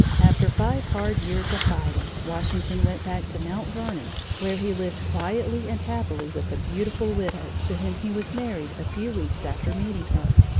after five hard years of fighting, washington went back to mount vernon, where he lived quietly and happily with a beautiful widow to whom he was married a few weeks after meeting her.